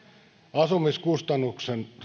asumiskustannusten